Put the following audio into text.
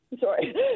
sorry